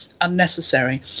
unnecessary